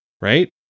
right